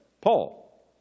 Paul